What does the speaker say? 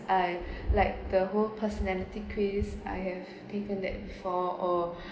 I like the whole personality quiz I have taken that for or